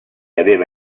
aveva